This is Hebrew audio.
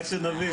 רק שנבין.